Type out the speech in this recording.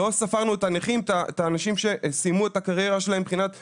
ולא ספרנו את הנכים והאנשים שסיימו את הקריירה שלהם מבחינת עבודה,